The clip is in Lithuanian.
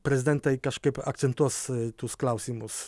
prezidentai kažkaip akcentuos tuos klausimus